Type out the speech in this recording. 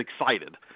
excited